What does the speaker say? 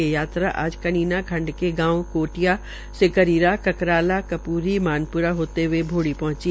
ये यात्रा आज कनीना खंड के गांव कोटिया से कटीरा ककराला कपूरी मानप्रा होते हये मोड़ी पहंची